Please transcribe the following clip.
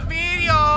video